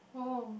oh